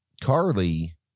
Carly